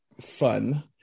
fun